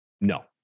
no